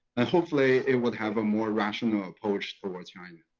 and hopefully, it would have a more rational approach towards china.